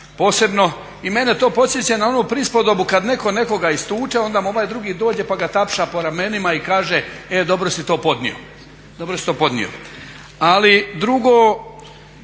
posebno i mene to podsjeća na onu prispodobu kad netko nekoga istuče i onda mu ovaj drugi dođe pa ga tapša po ramenima i kaže e dobro si to podnio. Drugo,